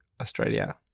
Australia